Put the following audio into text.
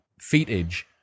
feetage